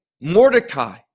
Mordecai